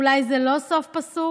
אולי זה לא סוף פסוק?